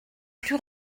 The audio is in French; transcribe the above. plus